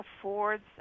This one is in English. affords